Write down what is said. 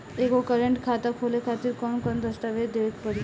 एगो करेंट खाता खोले खातिर कौन कौन दस्तावेज़ देवे के पड़ी?